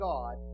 God